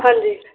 ਹਾਂਜੀ